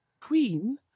queen